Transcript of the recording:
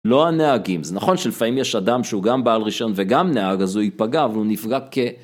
לא הנהגים, זה נכון שלפעמים יש אדם שהוא גם בעל רישיון וגם נהג, אז הוא ייפגע, אבל הוא נפגע כ...